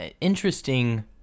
interesting